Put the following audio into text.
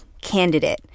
candidate